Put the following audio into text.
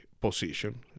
position